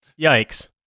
Yikes